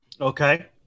Okay